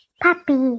puppy